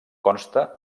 consta